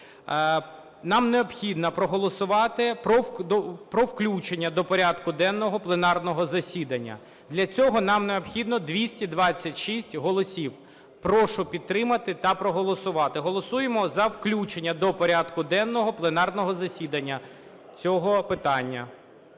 Нам необхідно проголосувати про включення до порядку денного пленарного засідання. Для цього нам необхідно 226 голосів. Прошу підтримати та проголосувати. Голосуємо за включення до порядку денного пленарного засідання цього питання.